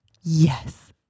Yes